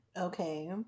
okay